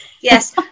Yes